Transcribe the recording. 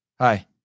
Hi